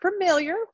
familiar